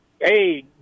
Hey